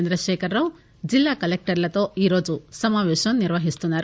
చంద్రశేఖర్ రావు జిల్లా కలెక్టర్లతో ఈరోజు సమాపేశం నిర్వహిస్తున్నారు